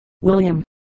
William